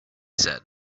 said